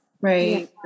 right